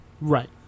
Right